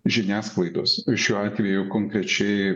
žiniasklaidos šiuo atveju konkrečiai